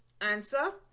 Answer